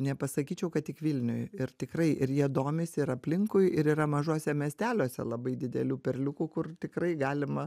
nepasakyčiau kad tik vilniuj ir tikrai ir jie domisi ir aplinkui ir yra mažuose miesteliuose labai didelių perliukų kur tikrai galima